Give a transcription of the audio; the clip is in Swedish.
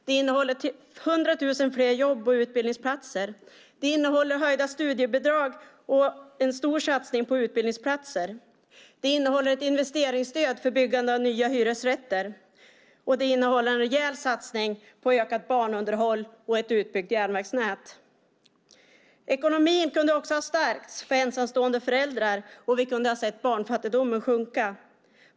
Det innehåller 100 000 fler jobb och utbildningsplatser. Det innehåller höjda studiebidrag och en stor satsning på utbildningsplatser. Det innehåller ett investeringsstöd för byggande av nya hyresrätter. Det innehåller en rejäl satsning på ökat banunderhåll och ett utbyggt järnvägsnät. Ekonomin kunde ha stärkts för ensamstående föräldrar och barnfattigdomen kunde ha sjunkit.